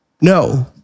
No